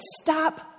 stop